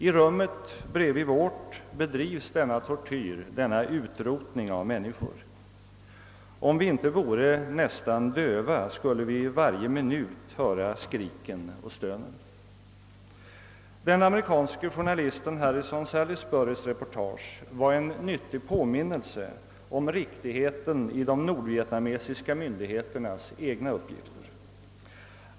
I rummet bredvid vårt bedrivs denna tortyr, denna utrotning av människor. Om vi inte vore nästan döva skulle vi varje minut höra skriken och stönet. Den amerikanske journalisten Harrison Salisburys reportage var en nyttig påminnelse om riktigheten i de nordvietnamesiska myndigheternas egna uppgifter.